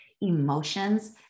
emotions